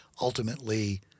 ultimately